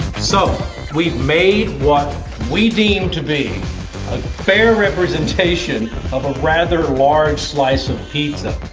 so we've made what we deem to be like a fair representation of a rather large slice of pizza.